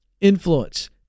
Influence